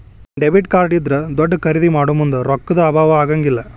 debit card ಇದ್ರಾ ದೊಡ್ದ ಖರಿದೇ ಮಾಡೊಮುಂದ್ ರೊಕ್ಕಾ ದ್ ಅಭಾವಾ ಆಗಂಗಿಲ್ಲ್